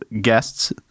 guests